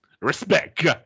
Respect